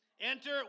Enter